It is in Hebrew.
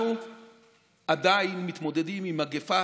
אנחנו עדיין מתמודדים עם מגפה